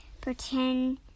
pretend